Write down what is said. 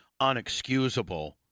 unexcusable